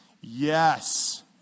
yes